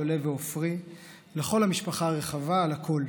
דולב ועופרי ולכל המשפחה הרחבה על הכול.